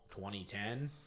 2010